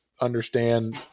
understand